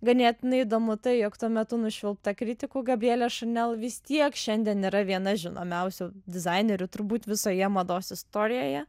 ganėtinai įdomu tai jog tuo metu nušvilpta kritikų gabrielė chanel vis tiek šiandien yra viena žinomiausių dizainerių turbūt visoje mados istorijoje